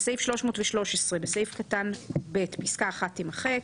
בסעיף 313 בסעיף קטן (ב), פסקה (1) תימחק,